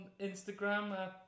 Instagram